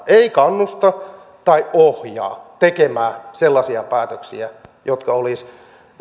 ei kannusta tai ohjaa tekemään sellaisia päätöksiä jotka olisivat